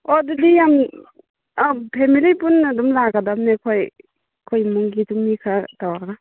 ꯑꯣ ꯑꯗꯨꯗꯤ ꯌꯥꯝ ꯐꯦꯃꯤꯂꯤ ꯄꯨꯟꯅ ꯑꯗꯨꯝ ꯂꯥꯛꯀꯗꯕꯅꯦ ꯑꯩꯈꯣꯏ ꯑꯩꯈꯣꯏ ꯃꯤꯒꯤ ꯑꯗꯨꯝ ꯃꯤ ꯈꯔ ꯇꯧꯔꯒ